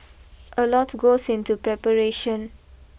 a lot goes into preparation